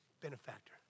benefactor